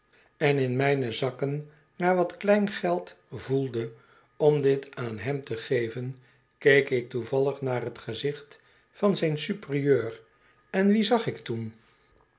en in mijne zakken naar wat kleingeld voelde om dit aan hem te geven keek ik toevallig naar t gezicht van zijn superieur en wien zag ik toen